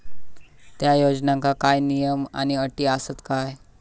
त्या योजनांका काय नियम आणि अटी आसत काय?